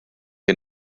wir